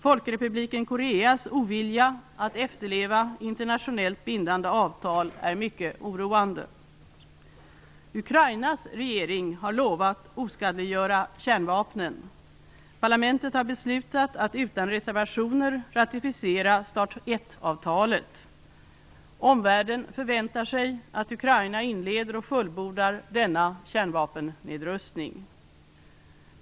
Folkrepubliken Koreas ovilja att efterleva internationellt bindande avtal är mycket oroande. Ukrainas regering har lovat oskadliggöra kärnvapnen. Parlamentet har beslutat att utan reservationer ratificera START I-avtalet. Omvärlden förväntar sig att Ukraina inleder och fullbordar denna kärnvapennedrustning.